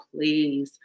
please